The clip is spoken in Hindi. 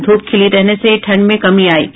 धूप खिली रहने से ठंड में कमी आयी है